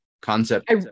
concept